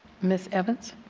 miss evans.